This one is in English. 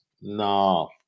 No